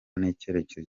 n’icyerekezo